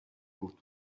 بود